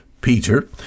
Peter